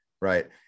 right